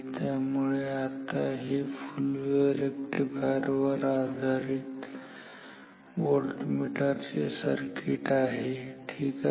त्यामुळे आता हे फुल वेव्ह रेक्टिफायर आधारित व्होल्टमीटर चे सर्किट आहे ठीक आहे